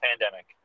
pandemic